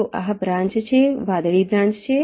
તો આ બ્રાન્ચ છે વાદળી બ્રાન્ચ છે